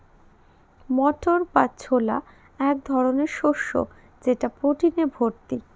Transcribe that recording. মটর বা ছোলা এক ধরনের শস্য যেটা প্রোটিনে ভর্তি